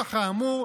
נוכח האמור,